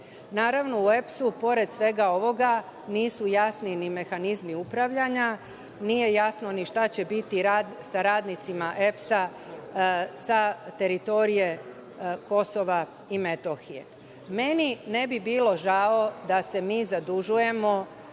evra. Naravno, u EPS-u pored svega ovoga nisu jasni ni mehanizmi upravljanja. Nije jasno ni šta će biti sa radnicima EPS-a sa teritorije KiM.Meni ne bi bilo žao da se mi zadužujemo